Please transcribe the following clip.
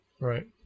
Right